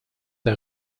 der